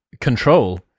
control